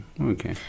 Okay